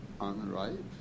unripe